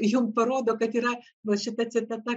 jum parodo kad yra va šita citata